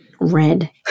Red